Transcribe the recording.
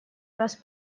раз